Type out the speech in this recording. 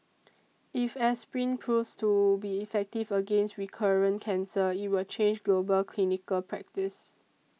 if aspirin proves to be effective against recurrent cancer it will change global clinical practice